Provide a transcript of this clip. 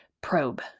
Probe